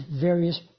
various